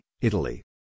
Italy